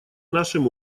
нашим